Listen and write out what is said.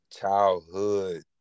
childhood